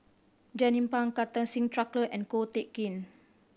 Jernnine Pang Kartar Singh Thakral and Ko Teck Kin